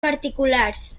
particulars